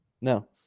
No